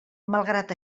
malgrat